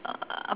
uh